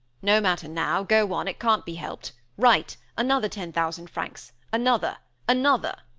no matter now go on it can't be helped write another ten thousand francs another another.